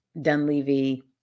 Dunleavy